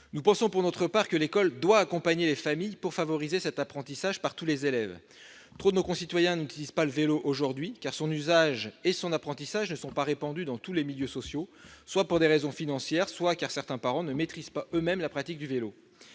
Nous pensons, pour notre part, que l'école doit accompagner les familles pour favoriser cet apprentissage par tous les élèves. Trop de nos concitoyens, aujourd'hui, n'utilisent pas le vélo ; en effet, son usage et son apprentissage ne sont pas répandus dans tous les milieux sociaux, soit pour des raisons financières, soit parce que certains parents ne maîtrisent pas eux-mêmes la technique du vélo.